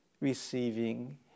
receiving